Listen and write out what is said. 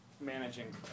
managing